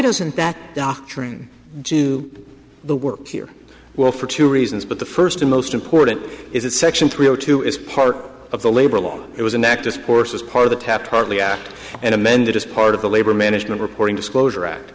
doesn't that doctrine do the work here well for two reasons but the first and most important is that section three o two is part of the labor law it was an act discourse as part of the tap partly act and amended as part of the labor management reporting disclosure act